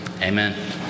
Amen